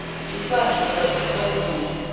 she flashed a grateful look at him.